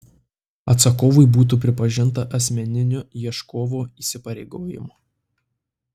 atsakovui būtų pripažinta asmeniniu ieškovo įsipareigojimu